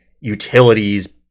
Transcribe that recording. utilities